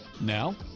Now